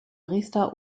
riester